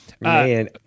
Man